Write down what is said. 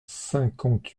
cinquante